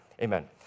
Amen